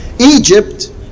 Egypt